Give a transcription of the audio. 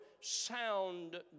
sound